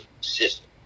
System